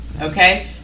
Okay